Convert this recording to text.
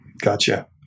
Gotcha